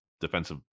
defensive